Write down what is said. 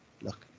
look